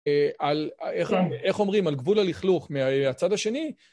אה-על-איך אמ-איך אומרים? על גבול הלכלוך מהצד השני,